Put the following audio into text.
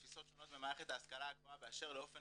תפיסות שונות במערכת ההשכלה הגבוהה באשר לאופן